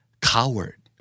Coward